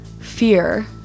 fear